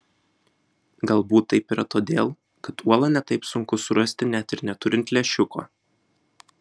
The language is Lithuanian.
galbūt taip yra todėl kad uolą ne taip sunku surasti net ir neturint lęšiuko